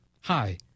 Hi